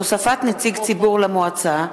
הוספת נציגי ציבור למועצה,